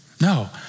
No